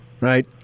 right